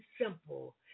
simple